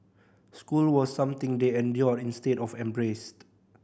school was something they endured instead of embraced